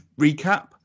recap